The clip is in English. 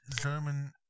German